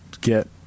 get